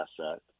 asset